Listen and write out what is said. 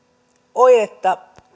oiretta